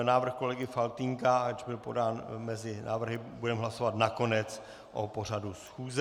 Návrh kolegy Faltýnka, ač byl podán mezi návrhy, budeme hlasovat nakonec o pořadu schůze.